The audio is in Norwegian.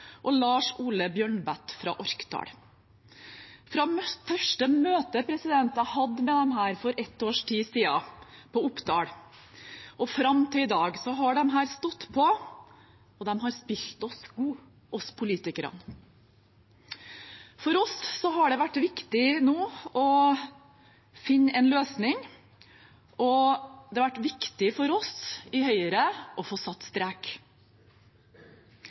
Orkdal. Fra første møte jeg hadde med disse for ett års tid siden, på Oppdal, og fram til i dag, har de stått på, og de har spilt oss politikere gode. For oss har det vært viktig nå å finne en løsning, og det har vært viktig for oss i Høyre å få satt strek.